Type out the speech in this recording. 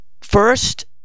First